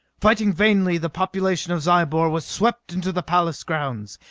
fighting vainly, the population of zyobor was swept into the palace grounds,